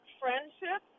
friendship